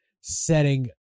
setting